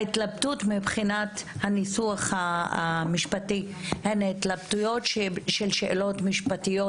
ההתלבטות מבחינת הניסוח המשפטי הם התלבטויות של שאלות משפטיות